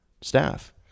staff